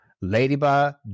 Ladybug